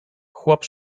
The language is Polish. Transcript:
chłop